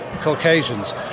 Caucasians